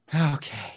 Okay